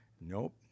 nope